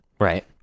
Right